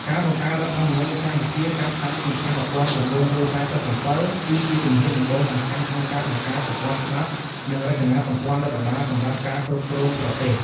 ការបង្កើតរដ្ឋធម្មនុញ្ញនៅកម្ពុជា ចាប់តាំងពីឆ្នាំ ១៩៤៧ គឺជាជំហានដំបូងសំខាន់ក្នុងការបង្កើតប្រព័ន្ធច្បាប់ និងរចនាសម្ព័ន្ធរដ្ឋបាលសម្រាប់ការគ្រប់គ្រងប្រទេស។